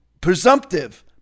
presumptive